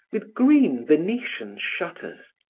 with green venetian shutters.